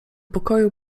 pokoju